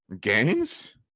Gains